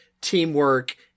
teamwork